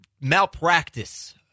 malpractice